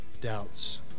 doubts